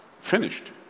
finished